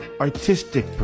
artistic